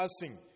passing